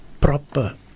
proper